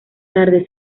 tarde